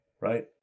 right